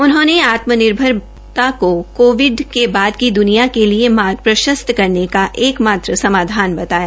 उन्होंने आत्म निर्भरता को कोविड के बाद की दुनिया के लिए मार्ग प्रशस्त करने का एक मात्र सामधान बताया